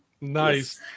Nice